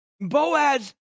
Boaz